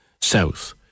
south